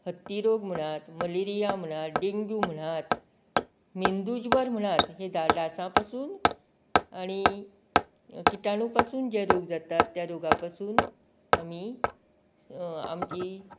हत्ती रोग म्हणात मलेरिया म्हणात डेंग्यू म्हणात मेंदूज्वर म्हणात डासा पसून आनी किटाणू पसून जे जोर जातात त्या रोगा पसून आमी आमची